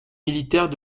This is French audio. militaire